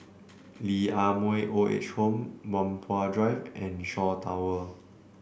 Lee Ah Mooi Old Age Home Whampoa Drive and Shaw Tower